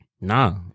No